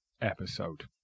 episode